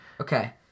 Okay